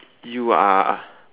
you are